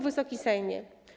Wysoki Sejmie!